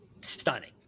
Stunning